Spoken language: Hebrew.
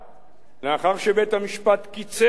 לאחר שבית-המשפט קיצר את לוח הזמנים,